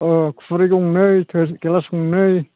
ओ खुरै गंनै गिलास गंनै